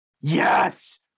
Yes